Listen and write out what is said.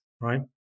right